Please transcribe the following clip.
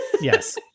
Yes